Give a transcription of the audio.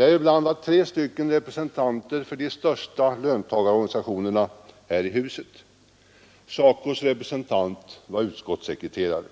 däribland tre representanter för de största lön rorganisationerna här i huset. SACO: representant var utskottssekreterare.